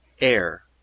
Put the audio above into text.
air